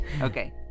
Okay